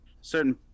certain